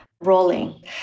rolling